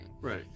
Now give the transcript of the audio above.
right